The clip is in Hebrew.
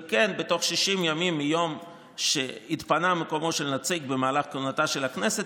וכן בתוך שישים ימים מיום שהתפנה מקומו של נציג במהלך כהונתה של הכנסת,